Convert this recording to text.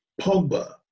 Pogba